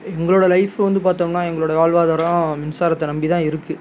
எங்களோடய லைஃப் வந்து பார்த்தோம்னா எங்களுடைய வாழ்வாதாரம் மின்சாரத்தை நம்பி தான் இருக்குது